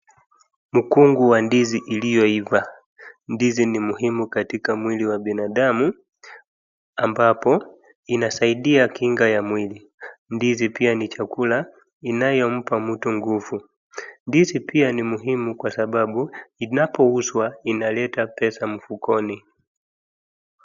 Mkungu wa ndizi iliyoiva, ndizi ni muhimu katika mwili wa binadamu ambapo inasaidia kinga ya mwili. Ndizi pia ni chakula inayompa mtu nguvu, ndizi pia ni muhimu kwa sababu inapouzwa inaleta pesa mfukoni.